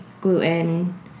gluten